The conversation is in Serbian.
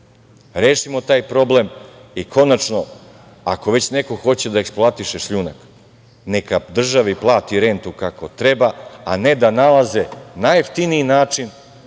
rešimo taj problem i konačno, ako već neko hoće da eksploatiše šljunak, neka državi plati rentu kako treba, a ne da nalaze najjeftiniji način